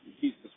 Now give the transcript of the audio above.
Jesus